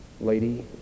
lady